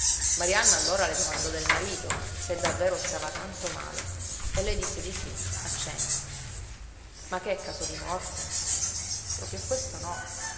marianna allora le domandò del marito se davvero stava tanto male e lei disse di sí a cenni ma che è caso di morte proprio a questo no